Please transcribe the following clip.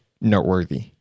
noteworthy